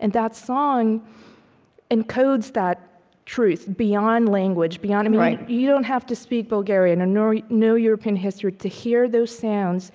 and that song encodes that truth beyond language, beyond and you don't have to speak bulgarian or know you know european history to hear those sounds